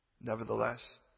Nevertheless